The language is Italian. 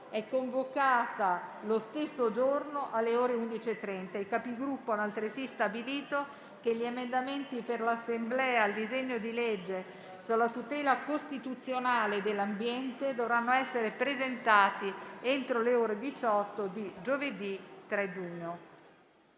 è convocata lo stesso giorno alle ore 11,30. I Capigruppo hanno altresì stabilito che gli emendamenti per l'Assemblea al disegno di legge sulla tutela costituzionale dell'ambiente dovranno essere presentati entro le ore 18 di giovedì 3 giugno.